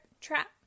trap